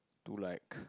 to like